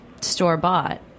store-bought